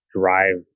drive